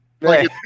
Right